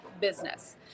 business